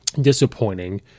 disappointing